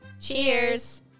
Cheers